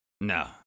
No